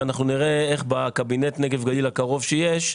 ואנחנו נראה איך בקבינט נגב גליל הקרוב שיש,